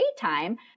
daytime